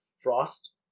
Frost